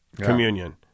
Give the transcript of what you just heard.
communion